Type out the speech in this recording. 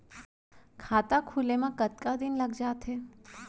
खाता खुले में कतका दिन लग जथे?